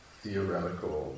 theoretical